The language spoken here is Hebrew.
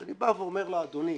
אני אומר לאדוני